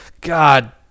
God